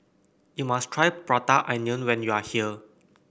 you must try Prata Onion when you are here